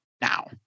now